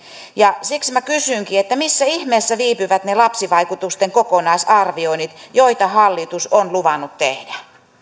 ja siksi minä kysynkin missä ihmeessä viipyvät ne lapsivaikutusten kokonaisarvioinnit joita hallitus on luvannut tehdä arvoisa